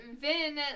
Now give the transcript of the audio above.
Vin